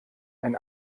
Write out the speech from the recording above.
ein